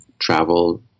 travel